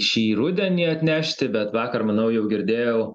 šį rudenį atnešti bet vakar manau jau girdėjau